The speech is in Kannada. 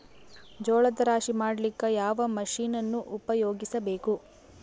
ಜೋಳದ ರಾಶಿ ಮಾಡ್ಲಿಕ್ಕ ಯಾವ ಮಷೀನನ್ನು ಉಪಯೋಗಿಸಬೇಕು?